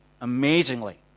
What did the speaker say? amazingly